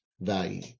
value